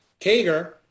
Kager